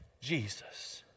Jesus